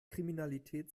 kriminalität